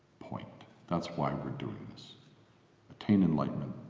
point! that's why we're doing this attain enlightenment,